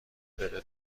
بده